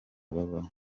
babaho